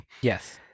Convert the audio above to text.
Yes